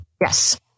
Yes